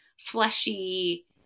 fleshy